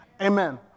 Amen